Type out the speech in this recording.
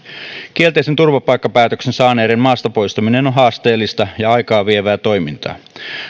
kielteisen turvapaikkapäätöksen saaneiden maasta poistaminen on on haasteellista ja aikaa vievää toimintaa